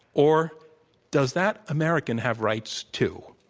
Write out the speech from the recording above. or does that american have rights, too?